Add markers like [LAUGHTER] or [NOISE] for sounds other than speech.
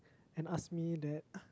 and ask me that [NOISE]